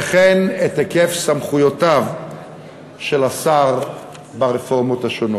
וכן את היקף סמכויותיו של השר ברפורמות השונות.